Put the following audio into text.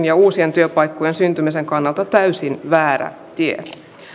ja uusien työpaikkojen syntymisen kannalta täysin väärä tie